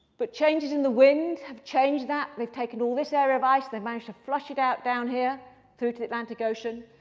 but changes in the wind have changed that. we've taken all this area of ice, then managed to flush it out down here through to the atlantic ocean.